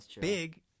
big